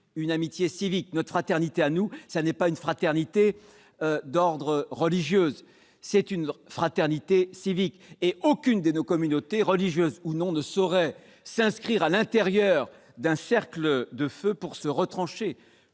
une amitié civique. Dans notre pays, la fraternité n'est pas une fraternité d'ordre religieux, c'est une fraternité civique. Aucune de nos communautés, religieuses ou autres, ne saurait s'inscrire à l'intérieur d'un cercle de feu pour se retrancher